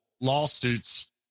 lawsuits